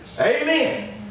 Amen